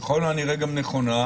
וככל הנראה היא גם נכונה,